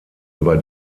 über